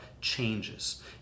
changes